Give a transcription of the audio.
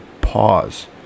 pause